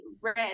red